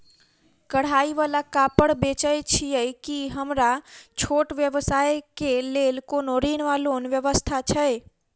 कढ़ाई वला कापड़ बेचै छीयै की हमरा छोट व्यवसाय केँ लेल कोनो ऋण वा लोन व्यवस्था छै?